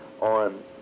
on